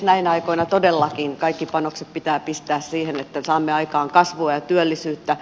näinä aikoina todellakin kaikki panokset pitää pistää siihen että saamme aikaan kasvua ja työllisyyttä